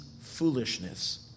foolishness